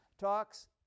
talks